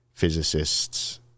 Physicists